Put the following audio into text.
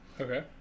Okay